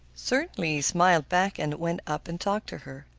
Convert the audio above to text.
certainly he smiled back, and went up and talked to her.